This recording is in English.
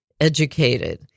educated